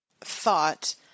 thought